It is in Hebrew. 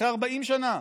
אחרי 40 שנה.